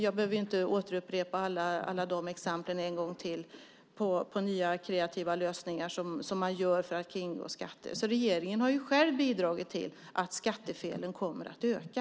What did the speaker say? Jag behöver inte återupprepa alla de exemplen på nya kreativa lösningar som man gör för att kringgå skatter. Regeringen har själv bidragit till att skattefelen kommer att öka.